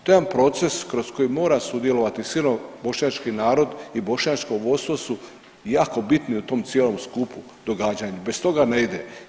To je jedan proces kroz koji mora sudjelovati sigurno bošnjački narod i bošnjačko vodstvo su jako bitni u to cijelom skupu događanja bez toga ne ide.